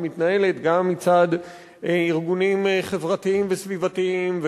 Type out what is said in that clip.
שמתנהלת גם מצד ארגונים חברתיים וסביבתיים,